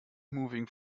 moving